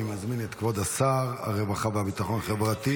אני מזמין את כבוד שר הרווחה והביטחון החברתי